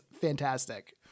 fantastic